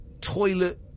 toilet